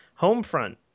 Homefront